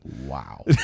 Wow